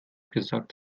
gesagt